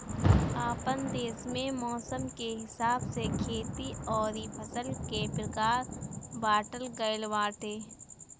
आपन देस में मौसम के हिसाब से खेती अउरी फसल के प्रकार बाँटल गइल बाटे